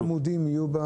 כמה עמודים יהיו?